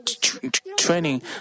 training